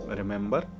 remember